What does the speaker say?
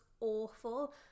awful